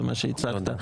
במה שהצגת,